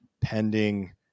pending